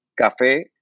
Café